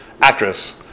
actress